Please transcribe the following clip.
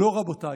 לא, רבותיי,